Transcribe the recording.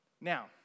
Now